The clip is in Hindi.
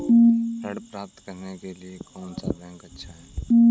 ऋण प्राप्त करने के लिए कौन सा बैंक अच्छा है?